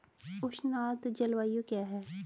उष्ण आर्द्र जलवायु क्या है?